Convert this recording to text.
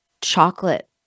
chocolate